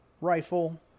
rifle